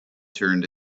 turned